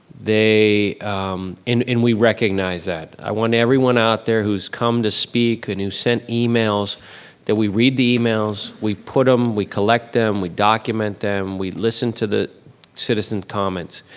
and and we recognize that. i want everyone out there who's come to speak and who sent emails that we read the emails, we put them, we collect them, we document them, we listen to the citizen comments.